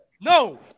No